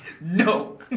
No